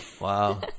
wow